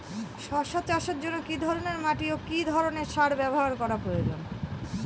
শশা চাষের জন্য কি ধরণের মাটি ও কি ধরণের সার ব্যাবহার করা প্রয়োজন?